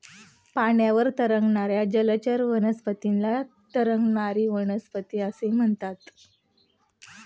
पाण्यावर तरंगणाऱ्या जलचर वनस्पतींना तरंगणारी वनस्पती असे म्हणतात